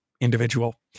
individual